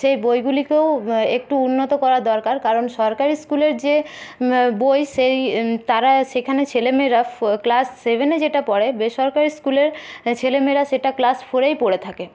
সেই বইগুলিকেও একটু উন্নত করা দরকার কারণ সরকারি স্কুলের যে বই সেই তারা সেখানের ছেলেমেয়েরা ক্লাস সেভেনে যেটা পড়ায় বেসরকারি স্কুলের ছেলেমেয়েরা সেটা ক্লাস ফোরেই পড়ে থাকে